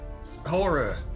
horror